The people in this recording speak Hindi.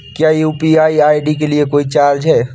क्या यू.पी.आई आई.डी के लिए कोई चार्ज है?